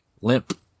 Limp